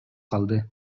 калды